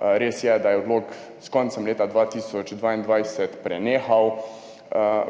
Res je, da je odlok s koncem leta 2022 prenehal